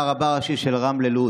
הוא היה רבה הראשי של רמלה-לוד.